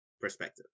perspective